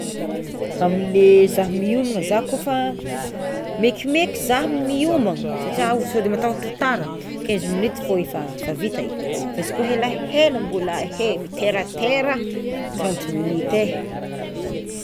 Amle zah miomana za kôfa mekimeky zah miomana satria o sode mataotro ho tara quinze minute fô efa fa vita edy fa izy koa helahela mbola he miteratera trente minute e.